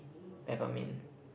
peppermint